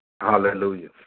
Hallelujah